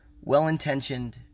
well-intentioned